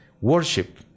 Worship